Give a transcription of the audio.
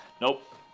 Nope